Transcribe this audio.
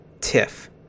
TIFF